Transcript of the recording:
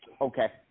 Okay